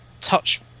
touch